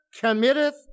committeth